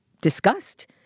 discussed